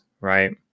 right